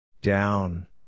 Down